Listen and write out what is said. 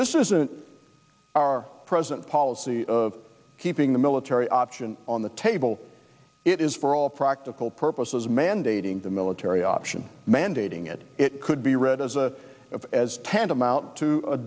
this isn't our present policy of keeping the military option on the table it is for all practical purposes mandating the military option mandating it it could be read as a tantamount to a